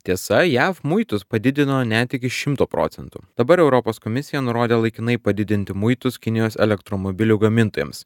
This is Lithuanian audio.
tiesa jav muitus padidino net iki šimto procentų dabar europos komisija nurodė laikinai padidinti muitus kinijos elektromobilių gamintojams